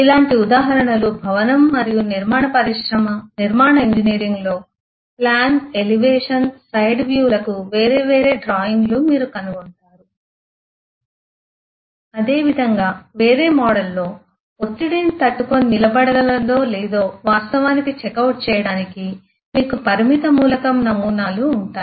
ఇలాంటి ఉదాహరణలు భవనం మరియు నిర్మాణ పరిశ్రమ నిర్మాణ ఇంజనీరింగ్లో ప్లాన్ ఎలివేషన్ సైడ్ వ్యూలకు విభిన్న డ్రాయింగ్ లు మీరు కనుగొంటారు అదేవిధంగా వేరే మోడల్లో ఒత్తిడిని తట్టుకొని నిలబడగలదో లేదో వాస్తవానికి చెక్అవుట్ చేయడానికి మీకు పరిమిత మూలకం నమూనాలు ఉంటాయి